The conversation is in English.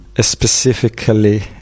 specifically